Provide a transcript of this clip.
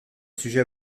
sujets